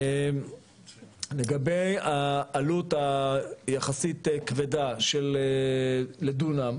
לגבי העלות היחסית כבדה לדונם,